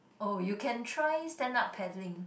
oh you can try stand up paddling